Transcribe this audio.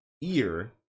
ear